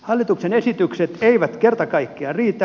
hallituksen esitykset eivät kerta kaikkiaan riitä